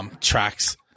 tracks